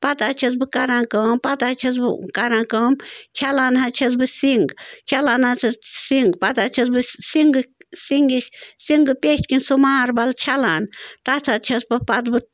پتہٕ حظ چھَس بہٕ کَران کٲم پتہٕ حظ چھَس بہٕ کَران کٲم چھَلان حظ چھَس بہٕ سِنٛگ چھَلان حظ چھَس سِنٛگ پتہٕ حظ چھَس بہٕ سِنٛگٕکۍ سِنٛگِش سِنٛگہٕ پیٚٹھۍ کِنۍ سُہ ماربَل چھَلان تتھ حظ چھَس بہٕ پتہٕ بہٕ